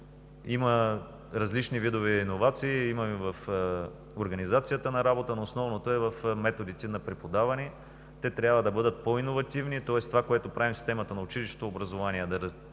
Има различни видове иновации: в организацията на работата, но основното е в методите на преподаване. Те трябва да бъдат по-иновативни, тоест това, което правим в системата на училищното образование – да насърчаваме